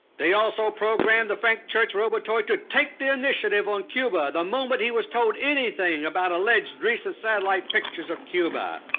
they also programmed the frank church robotoid to take the initiative on cuba the moment he was told anything about alleged recent satellite pictures of cuba.